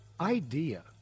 idea